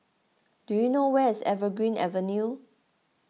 do you know where is Evergreen Avenue